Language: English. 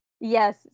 Yes